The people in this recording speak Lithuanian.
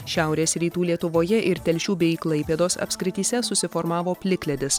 šiaurės rytų lietuvoje ir telšių bei klaipėdos apskrityse susiformavo plikledis